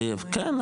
וכן,